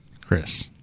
Chris